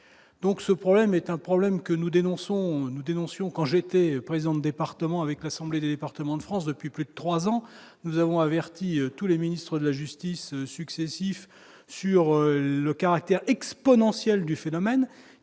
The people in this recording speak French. donc ce problème est un problème que nous dénonçons, nous dénoncions quand j'étais présidente département avec l'Assemblée des départements de France depuis plus de 3 ans nous avons averti tous les ministres de la Justice successifs sur le caractère exponentiel du phénomène